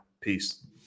Peace